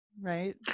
right